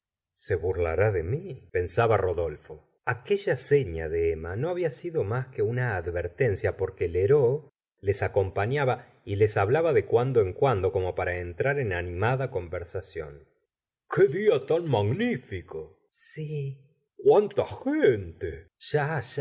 se burlará de mi pensaba rodolfo la señora de boyare aquella sefia de emma no había sido mas que una advertencia porque lheureux les acompafiaba y les hablaba de cuando en cuando como para entrar en animada conversación qué día tan magnífico sí cuánta gente ya